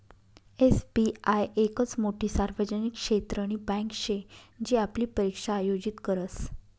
SBI येकच मोठी सार्वजनिक क्षेत्रनी बँके शे जी आपली परीक्षा आयोजित करस